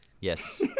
Yes